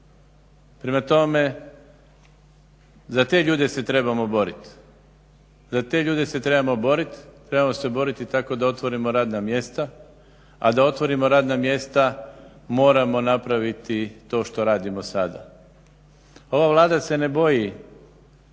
trebamo borit, za te ljude se trebamo borit, trebamo se borit tako da otvorimo radna mjesta, a da otvorimo radna mjesta moramo napraviti to što radimo sada. Ova Vlada se ne boji